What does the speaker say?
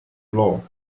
law